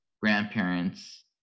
grandparents